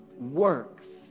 works